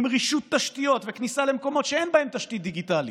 עם רישות תשתיות וכניסה למקומות שאין בהם תשתית דיגיטלית,